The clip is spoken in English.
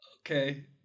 Okay